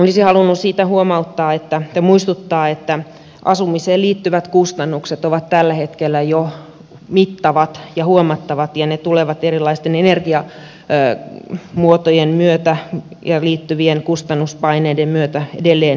olisin halunnut muistuttaa siitä että asumiseen liittyvät kustannukset ovat jo tällä hetkellä mittavat ja huomattavat ja ne tulevat erilaisten energiamuotojen myötä ja niihin liittyvien kustannuspaineiden myötä edelleen nousemaan